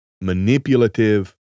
manipulative